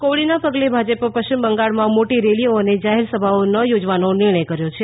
કોવીડના પગલે ભાજપે પશ્ચિમ બંગાળમાં મોટી રેલીઓ અને જાહેર સભાઓ ન યોજવાનો નિર્ણય કર્યો છે